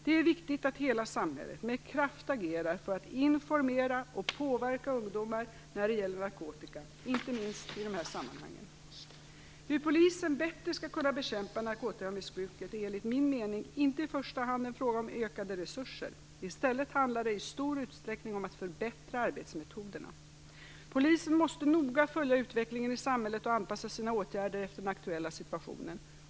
Det är viktigt att hela samhället med kraft agerar för att informera och påverka ungdomar när det gäller narkotika, inte minst i dessa sammanhang. Hur polisen bättre skall kunna bekämpa narkotikamissbruket är enligt min mening inte i första hand en fråga om ökade resurser. I stället handlar det i stor utsträckning om att förbättra arbetsmetoderna. Polisen måste noga följa utvecklingen i samhället och anpassa sina åtgärder efter den aktuella situationen.